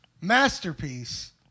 masterpiece